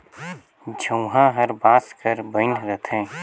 झउहा हर बांस कर बइन रहथे